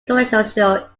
controversial